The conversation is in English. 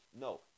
No